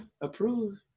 approved